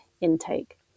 intake